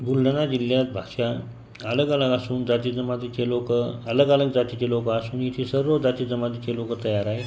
बुलढाणा जिल्ह्यात भाषा अलग अलग असून जातीजमातीचे लोकं अलग अलग जातीचे लोकं असे मिळून इथे सर्व जातीजमातीचे लोकं तयार आहेत